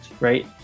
right